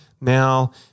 Now